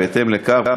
בהתאם לכך,